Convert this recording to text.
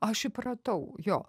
aš įpratau jo